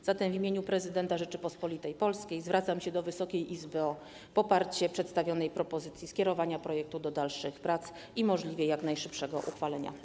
A zatem w imieniu prezydenta Rzeczypospolitej Polskiej zwracam się do Wysokiej Izby o poparcie przedstawionej propozycji, skierowanie projektu do dalszych prac i możliwie jak najszybsze jego uchwalenie.